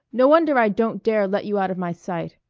no wonder i don't dare let you out of my sight!